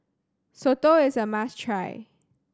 soto is a must try